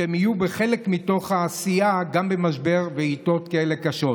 שהן יהיו חלק מתוך העשייה גם במשבר ובעיתות כאלה קשות.